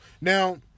Now